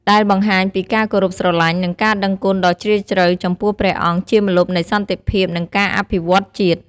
ដែលបង្ហាញពីការគោរពស្រឡាញ់ និងការដឹងគុណដ៏ជ្រាលជ្រៅចំពោះព្រះអង្គជាម្លប់នៃសន្តិភាព និងការអភិវឌ្ឍន៍ជាតិ។